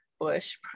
bush